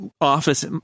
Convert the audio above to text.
office